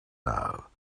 now